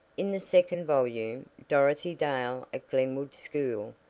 in the second volume, dorothy dale at glenwood school,